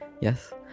Yes